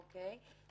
אוקיי.